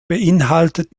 beinhaltet